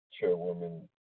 Chairwoman